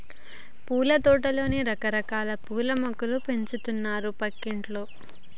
పూలతోటలో రకరకాల పూల మొక్కలు పెంచుతున్నారు పక్కింటోల్లు